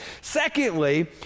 Secondly